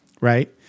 right